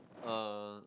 uh